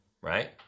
right